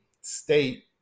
state